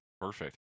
Perfect